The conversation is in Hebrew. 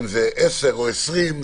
אם זה 10 או 20,